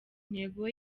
ntego